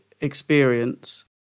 experience